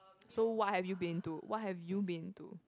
so what have you been to what have you been to